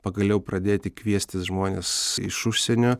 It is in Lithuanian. pagaliau pradėti kviestis žmones iš užsienio